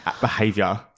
behavior